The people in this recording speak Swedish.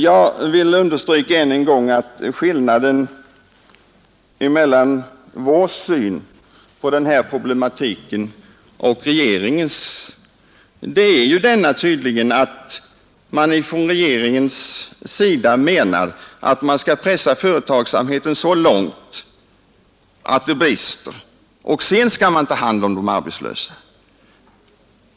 Jag vill ännu en gång understryka att skillnaden mellan vår syn på den här problematiken och regeringens är att regeringen menar att man skall pressa företagsamheten så långt att det brister och sedan ta hand om de arbetslösa.